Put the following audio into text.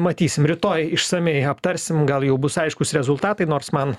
matysim rytoj išsamiai aptarsim gal jau bus aiškūs rezultatai nors man